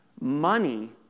Money